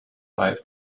pipe